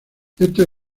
estos